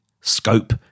scope